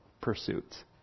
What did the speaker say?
pursuits